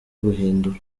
guhindura